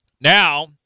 Now